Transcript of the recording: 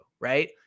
right